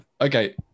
okay